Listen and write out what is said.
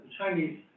Chinese